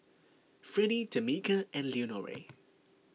Freddie Tamika and Leonore